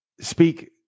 speak